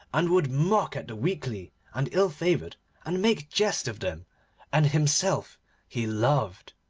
and would mock at the weakly and ill-favoured, and make jest of them and himself he loved,